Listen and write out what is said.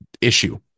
issue